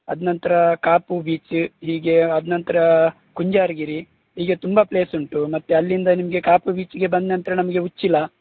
ಅದ ನಂತರ ಕಾಪು ಬೀಚ್ ಹೀಗೆ ಆದ ನಂತರ ಕುಂಜಾರುಗಿರಿ ಹೀಗೆ ತುಂಬ ಪ್ಲೇಸುಂಟು ಮತ್ತೆ ಅಲ್ಲಿಂದ ನಿಮಗೆ ಕಾಪು ಬೀಚ್ಗೆ ಬಂದ ನಂತರ ನಮಗೆ ಉಚ್ಚಿಲ